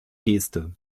geste